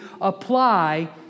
apply